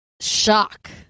shock